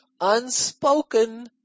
Unspoken